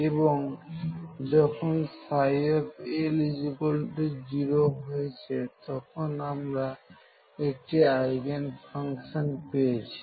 এবং যখন L0 হয়েছে তখন আমরা একটি আইগেন ফাংশন পেয়েছি